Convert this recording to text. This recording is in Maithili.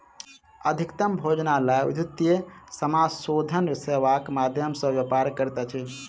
अधिकतम भोजनालय विद्युतीय समाशोधन सेवाक माध्यम सॅ व्यापार करैत अछि